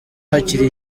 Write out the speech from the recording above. hakiri